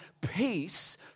peace